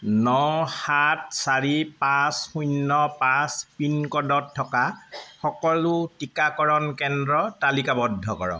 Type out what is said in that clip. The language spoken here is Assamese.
ন সাত চাৰি পাঁচ শূন্য পাঁচ পিনক'ডত থকা সকলো টিকাকৰণ কেন্দ্ৰ তালিকাবদ্ধ কৰক